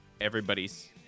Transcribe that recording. everybody's